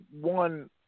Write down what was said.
one